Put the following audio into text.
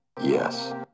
Yes